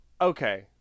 Okay